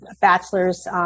bachelor's